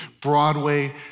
Broadway